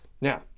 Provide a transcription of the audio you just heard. Now